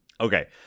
Okay